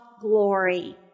Glory